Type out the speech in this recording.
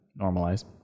normalize